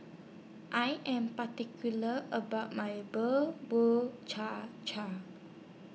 I Am particular about My Bubur Cha Cha